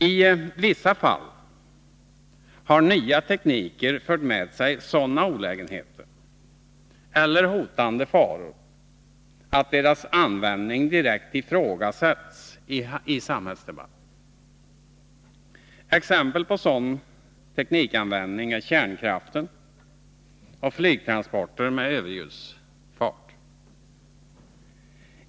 I vissa fall har nya tekniker fört med sig sådana olägenheter eller hotande faror att deras användning direkt ifrågasatts i samhällsdebatten. Exempel på sådan teknikanvändning är kärnkraften och flygtransporter med överljudsfart.